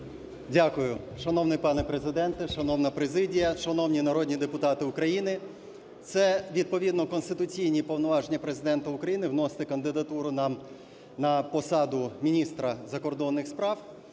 Дякую. Шановний пане Президенте, шановна президія, шановні народні депутати України, це відповідно конституційні повноваження Президента України – вносити кандидатури нам на посаду міністра закордонних справ.